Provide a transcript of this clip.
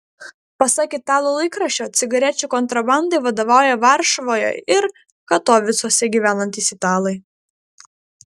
pasak italų laikraščio cigarečių kontrabandai vadovauja varšuvoje ir katovicuose gyvenantys italai